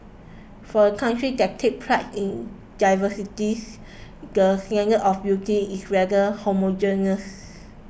for a country that takes pride in diversities the standards of beauty is rather homogeneous